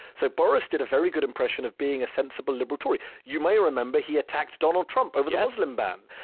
so boris did a very good impression of being a sensible liberal tory. you may remember he attacked donald trump over the muslim ban.